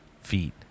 feet